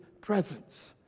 presence